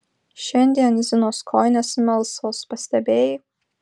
šiandien zinos kojinės melsvos pastebėjai